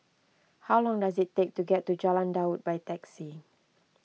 how long does it take to get to Jalan Daud by taxi